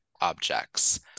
objects